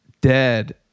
dead